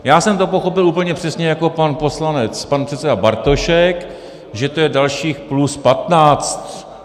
Já jsem to pochopil úplně přesně jako pan poslanec pan předseda Bartošek, že to je dalších plus 15.